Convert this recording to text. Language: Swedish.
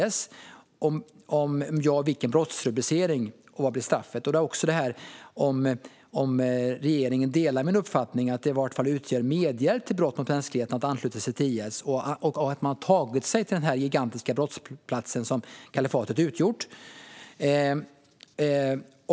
Om svaret är ja undrar jag: Vilken brottsrubricering användes, och vad blev straffet? Delar regeringen min uppfattning att det i vart fall utgör medhjälp till brott mot mänskligheten att ansluta sig till IS och att man har tagit sig till den gigantiska brottsplats som kalifatet utgjort?